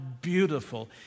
beautiful